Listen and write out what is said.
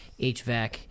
HVAC